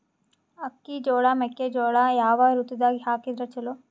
ಅಕ್ಕಿ, ಜೊಳ, ಮೆಕ್ಕಿಜೋಳ ಯಾವ ಋತುದಾಗ ಹಾಕಿದರ ಚಲೋ?